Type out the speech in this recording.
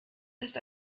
ist